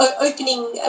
Opening